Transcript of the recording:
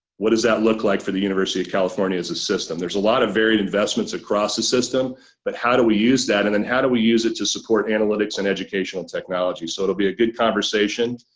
what does that look like for the university of california as a system? there's a lot of varied investments across the system but how do we use that and then and how do we use it to support analytics and educational technology. so it'll be a good conversation.